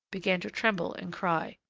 began to tremble and cry.